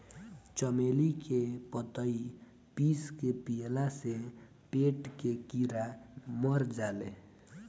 चमेली के पतइ पीस के पियला से पेट के कीड़ा मर जाले